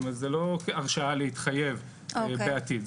כלומר זה לא הרשאה להתחייב בעתיד,